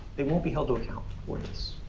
they won't be held to account for this.